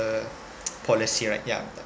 policy right yeah